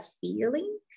feeling